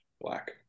black